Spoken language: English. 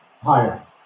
higher